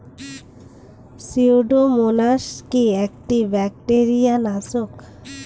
Pseudomonas কি একটা bacteria নাশক?